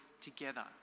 together